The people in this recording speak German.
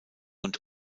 und